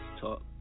Talk